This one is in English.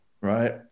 right